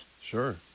Sure